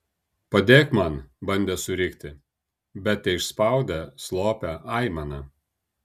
padėk man bandė surikti bet teišspaudė slopią aimaną